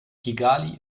kigali